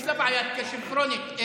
יש לה בעיית קשב כרונית.